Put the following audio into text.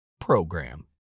program